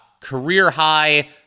Career-high